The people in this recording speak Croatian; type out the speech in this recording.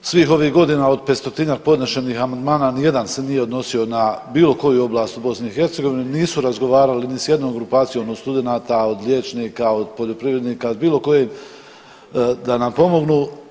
Svih ovih godina od 500-tinjak podnešenih amandmana ni jedan se nije odnosio na bilo koju oblast u BiH, nisu razgovarali ni s jednom grupacijom od studenata, od liječnika, od poljoprivrednika, od bilo koje da nam pomognu.